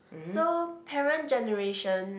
so parent generation